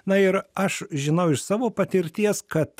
na ir aš žinau iš savo patirties kad